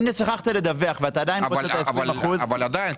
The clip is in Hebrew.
אם שכחת לדווח ואתה עדיין רוצה את ה-20% --- אבל עדיין,